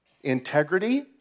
integrity